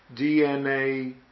DNA